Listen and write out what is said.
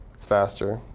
it's faster.